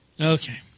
Okay